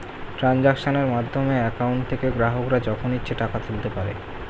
ট্রানজাক্শনের মাধ্যমে অ্যাকাউন্ট থেকে গ্রাহকরা যখন ইচ্ছে টাকা তুলতে পারে